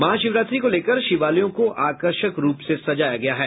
महाशिवरात्रि को लेकर शिवालयों को आकर्षक रूप से सजाया गया है